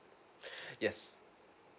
yes